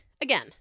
Again